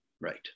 right